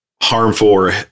harmful